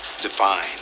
defined